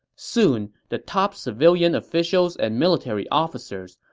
soon, the top civilian officials and military officers,